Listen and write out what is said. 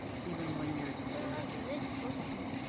even when you're they're like this close to me.